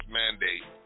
mandate